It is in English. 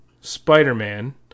Spider-Man